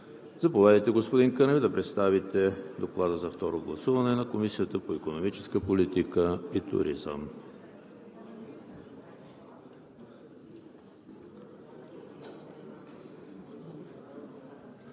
Заповядайте, господин Кънев, да представите Доклада за второ гласуване на Комисията по икономическата политика и туризъм.